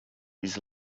his